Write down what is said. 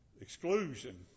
exclusion